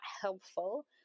helpful